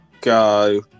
go